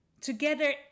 together